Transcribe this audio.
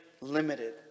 limited